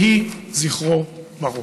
יהי זכרו ברוך.